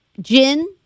gin